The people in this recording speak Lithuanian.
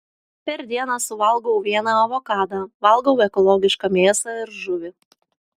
per dieną suvalgau vieną avokadą valgau ekologišką mėsą ir žuvį